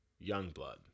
Youngblood